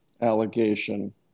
allegation